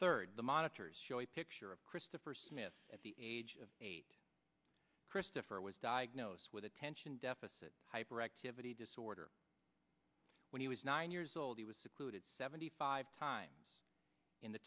third the monitors show a picture of christopher smith at the age of eight christopher was diagnosed with attention deficit hyperactivity disorder when he was nine years old he was secluded seventy five times in the